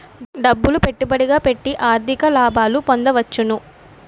డబ్బులు పెట్టుబడిగా పెట్టి అధిక లాభాలు పొందవచ్చును